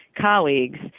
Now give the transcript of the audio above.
colleagues